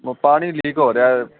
ਬਸ ਪਾਣੀ ਲੀਕ ਹੋ ਰਿਹਾ ਹੈ